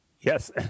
Yes